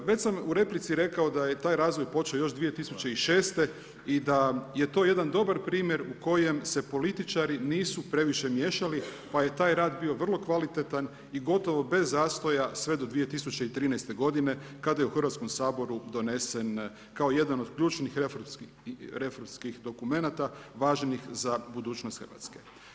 Već sam u replici rekao da je taj razvoj počeo još 2006. i da je to jedan dobar primjer u kojem se političari nisu previše miješali pa je ta rad bio vrlo kvalitetan i gotovo bez zastoja sve do 2013. godine kada je u Hrvatskom saboru donesen kao jedan od ključnih reformskih dokumenata važnih za budućnost Hrvatske.